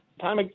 time